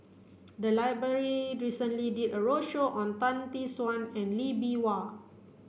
the library recently did a roadshow on Tan Tee Suan and Lee Bee Wah